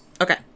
okay